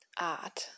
art